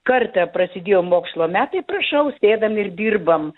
kartą prasidėjo mokslo metai prašau sėdam ir dirbam